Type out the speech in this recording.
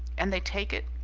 and they take it?